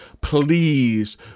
please